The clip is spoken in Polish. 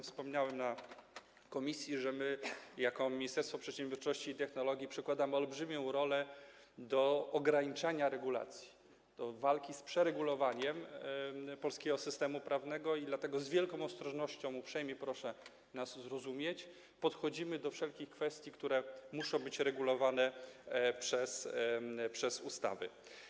Wspomniałem o tym na posiedzeniu komisji, że my jako Ministerstwo Przedsiębiorczości i Technologii przywiązujemy olbrzymią wagę do ograniczania regulacji, do walki z przeregulowaniem polskiego systemu prawnego i dlatego z wielką ostrożnością - uprzejmie proszę, by nas zrozumieć - podchodzimy do wszelkich kwestii, które muszą być regulowane przez ustawy.